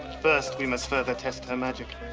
first, we must further test her magic,